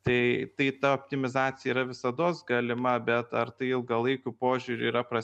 tai tai ta optimizacija yra visados galima bet ar tai ilgalaikiu požiūriu yra prasminga